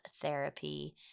therapy